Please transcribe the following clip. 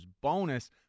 bonus